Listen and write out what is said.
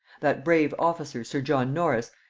that brave officer sir john norris,